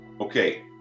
okay